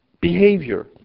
behavior